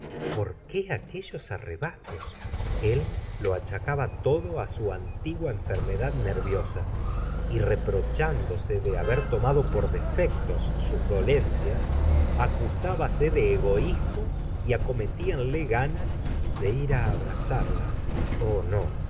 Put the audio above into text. qué aquellos arrebatos ello achacaba todo á su antigua enfermedad nerviosa y reprochándose de haber tomado por defectos sus dolencias acusába e de egoísmo y acometianle ganas de ir á abrazarla oh no